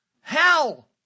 hell